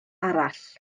arall